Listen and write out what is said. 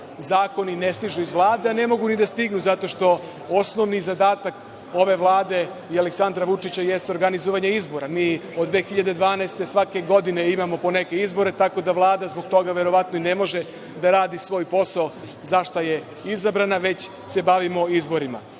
zakoni ne stižu iz Vlade, a ne mogu ni da stignu zato što je osnovni zadatak ove Vlade i Aleksandra Vučića jeste organizovanje izbora. Od 2012. godine svake godine imamo izbore, tako da Vlada verovatno zbog toga ne može da radi svoj posao za koji je izabrana, već se bavimo izborima. Dakle,